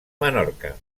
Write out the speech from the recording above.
menorca